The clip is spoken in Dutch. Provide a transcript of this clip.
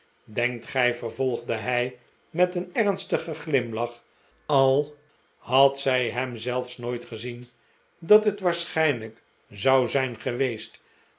denkt gij vervolgde hij met een ernstigen glimlach al had zij hem zelfs nooit gezien dat het waarschijnlijk zou zijn geweest